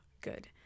good